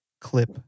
clip